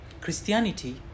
Christianity